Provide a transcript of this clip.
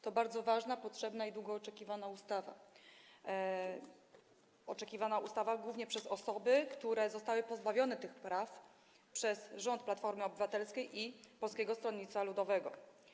To bardzo ważna, potrzebna i długo oczekiwana ustawa, ustawa oczekiwana głównie przez osoby, które zostały pozbawione praw przez rząd Platformy Obywatelskiej i Polskiego Stronnictwa Ludowego.